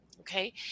okay